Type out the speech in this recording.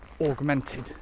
augmented